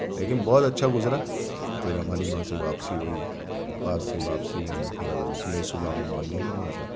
لیکن بہت اچھا گزرا پھر ہماری وہاں سے واپسی ہوئی وہاں سے واپسی میں پھر ہم نکلے صبح میں مارننگ میں وہاں سے